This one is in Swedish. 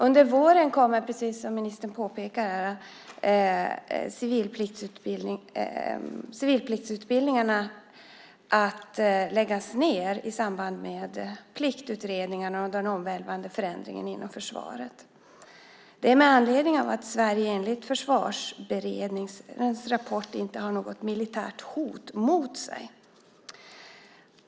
Under våren kommer, precis som ministern påpekar här, civilpliktsutbildningarna att läggas ned i samband med pliktutredningarna och den omvälvande förändringen inom försvaret. Det sker med anledning av att Sverige enligt Försvarsberedningens rapport inte har något militärt hot mot sig.